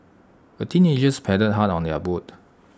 the teenagers paddled hard on their boat